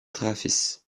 trafis